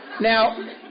Now